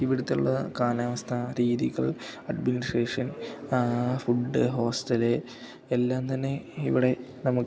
ഇവിടത്തുള്ള കാലാവസ്ഥ രീതികൾ administration food hostel എല്ലാം തന്നെ ഇവിടെ നമുക്ക്